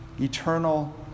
eternal